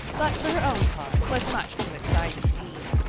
but for her own part was much too excited to eat.